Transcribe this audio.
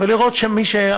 ולראות ש,